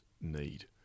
need